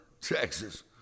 Texas